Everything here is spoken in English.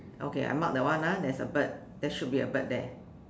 okay I mark that one lah there's a bird there should be a bird there